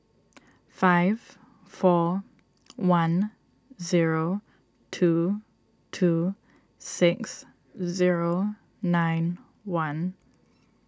five four one zero two two six zero nine one